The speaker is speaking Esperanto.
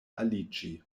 aliĝi